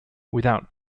without